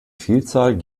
vielzahl